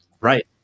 Right